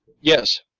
yes